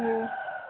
ꯑꯣ